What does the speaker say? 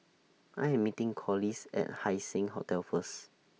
I Am meeting Corliss At Haising Hotel First